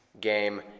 game